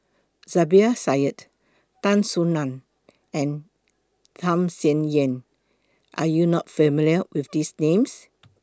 Zubir Said Tan Soo NAN and Tham Sien Yen Are YOU not familiar with These Names